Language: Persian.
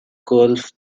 گلف